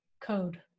code